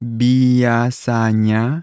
biasanya